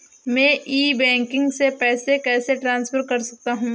मैं e banking से पैसे कैसे ट्रांसफर कर सकता हूं?